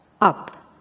up